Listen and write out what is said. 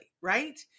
Right